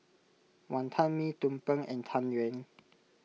Wonton Mee Tumpeng and Tang Yuen